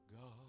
God